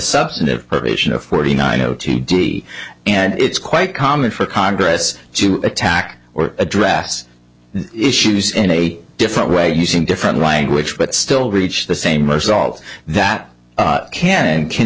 substantive provision of forty nine o t d and it's quite common for congress to attack or address issues in a different way using different language but still reach the same result that can and can